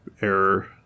error